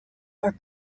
are